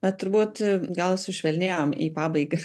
bet turbūt gal sušvelnėjom į pabaigą